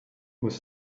was